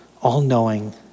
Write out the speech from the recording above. all-knowing